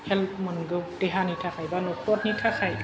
help मोनगौ देहानि थाखाय बा नखरनि थाखाय